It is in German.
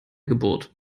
geburt